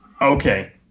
okay